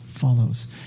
follows